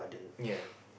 ya